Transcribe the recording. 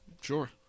Sure